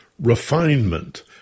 refinement